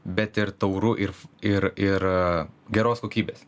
bet ir tauru ir ir ir geros kokybės